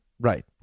Right